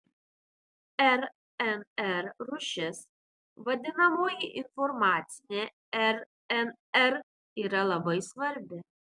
rnr rūšis vadinamoji informacinė rnr yra labai svarbi